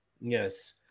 Yes